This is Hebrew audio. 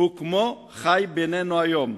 הוא כמו חי בינינו היום.